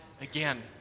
again